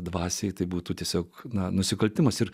dvasiai tai būtų tiesiog nusikaltimas ir